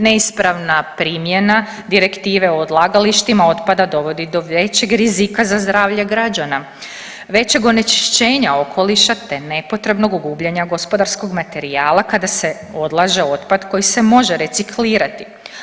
Neispravna primjena direktive o odlagalištima otpada dovodi do većeg rizika za zdravlje građana, većeg onečišćenja okoliša te nepotrebnog … [[Govornica se ne razumije.]] gospodarskog materijala kada se odlaže otpad koji se može reciklirati.